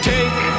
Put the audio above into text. Take